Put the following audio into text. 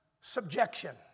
subjection